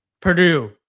Purdue